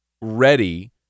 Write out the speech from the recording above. ready